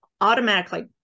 automatically